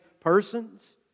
persons